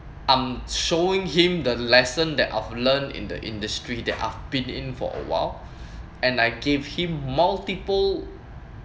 I'm showing him the lesson that I've learnt in the industry that I've been in for awhile and I gave him multiple